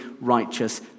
righteous